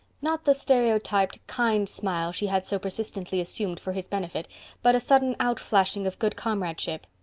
not the stereotyped kind smile she had so persistently assumed for his benefit but a sudden outflashing of good comradeship.